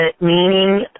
meaning